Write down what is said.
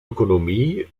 ökonomie